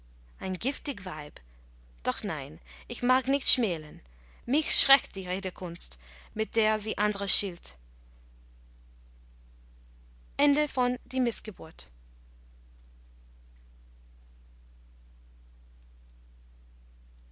ein giftig weib doch nein ich mag nicht schmälen mich schreckt die redekunst mit der sie andre schilt